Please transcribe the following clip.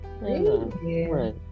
Right